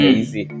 easy